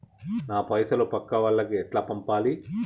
నా పైసలు పక్కా వాళ్లకి ఎట్లా పంపాలి?